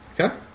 Okay